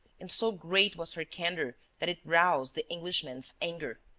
and so great was her candour that it roused the englishman's anger.